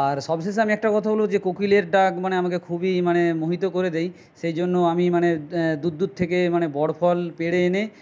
আর সবশেষে আমি একটা কথা বলব যে কোকিলের ডাক মানে আমাকে খুবই মানে মোহিত করে দেয় সেই জন্য আমি মানে দূর দূর থেকে মানে বট ফল পেড়ে এনে